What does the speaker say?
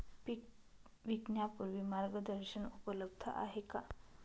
पीक विकण्यापूर्वी मार्गदर्शन उपलब्ध आहे का?